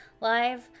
live